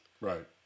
Right